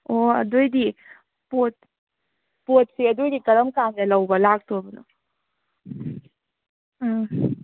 ꯑꯣ ꯑꯗꯨꯑꯣꯏꯗꯤ ꯄꯣꯠ ꯄꯣꯠꯁꯦ ꯑꯗꯨꯑꯣꯏꯗꯤ ꯀꯔꯝꯀꯥꯟꯗ ꯂꯧꯕ ꯂꯥꯛꯇꯧꯕꯅꯣ ꯎꯝ